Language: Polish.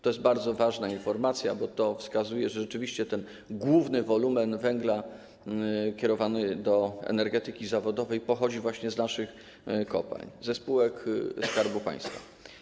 To jest bardzo ważna informacja, bo to wskazuje, że rzeczywiście główny wolumen węgla kierowany do energetyki zawodowej pochodzi właśnie z naszych kopalń, ze spółek Skarbu Państwa.